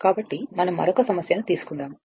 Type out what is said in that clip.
కాబట్టి మనం మరొక సమస్యను తీసుకుందాము